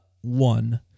one